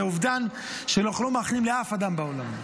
זה אובדן שאנחנו לא מאחלים לאף אדם בעולם,